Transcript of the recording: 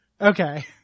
Okay